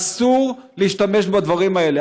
אסור להשתמש בדברים האלה.